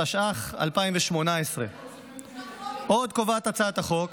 התשע"ח 2018. עוד קובעת הצעת החוק